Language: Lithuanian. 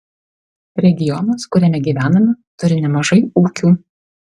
regionas kuriame gyvename turi nemažai ūkių